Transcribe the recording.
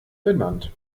benannt